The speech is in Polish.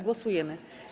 Głosujemy.